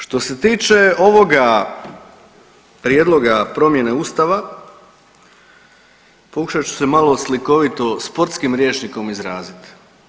Što se tiče ovoga prijedloga promjene Ustava pokušat ću se malo slikovito sportskim rječnikom izrazit.